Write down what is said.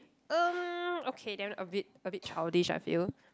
um okay then a bit a bit childish I feel